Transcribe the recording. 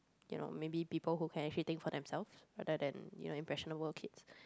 you know maybe people who can actually think for themselves rather than you know impressionable kids